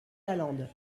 lalande